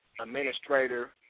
administrator